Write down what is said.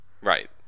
Right